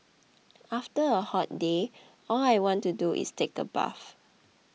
after a hot day all I want to do is take a bath